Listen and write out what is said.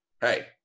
Hey